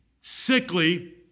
sickly